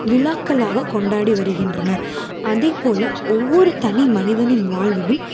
விழாக்களாக கொண்டாடி வருகின்றனர் அதேப்போல் ஒவ்வொரு தனிமனிதனின் வாழ்விலும்